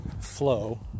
flow